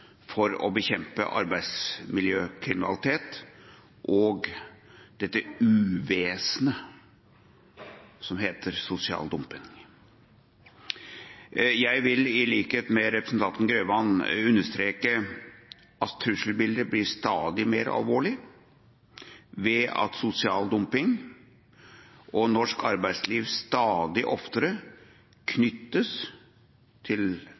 for å bekjempe arbeidsmiljøkriminalitet og dette uvesenet som heter sosial dumping. Jeg vil, i likhet med representanten Grøvan, understreke at trusselbildet stadig blir mer alvorlig ved at sosial dumping og norsk arbeidsliv stadig oftere knyttes til